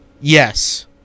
Yes